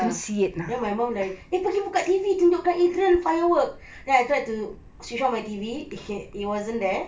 ah then my mum like eh pergi buka T_V tunjuk kat adrian fireworks then I tried to switch on my T_V it wasn't there